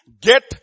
get